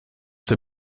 der